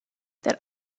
der